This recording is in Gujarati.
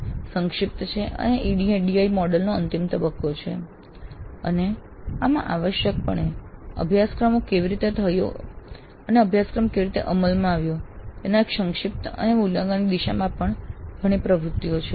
આ સંક્ષિપ્ત છે અને આ ADDIE મોડલનો અંતિમ તબક્કો છે અને આમાં આવશ્યકપણે અભ્યાસક્રમ કેવી રીતે થયો અને અભ્યાસક્રમ કેવી રીતે અમલમાં આવ્યો તેના સંક્ષિપ્ત મૂલ્યાંકનની દિશામાં ઘણી પ્રવૃત્તિઓ છે